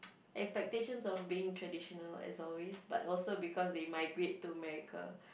expectations of being traditional as always but also because they migrate to America